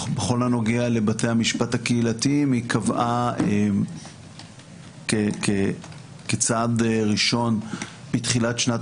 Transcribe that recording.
בכל הנוגע לבתי המשפט הקהילתיים היא קבעה כצעד ראשון בתחילת שנת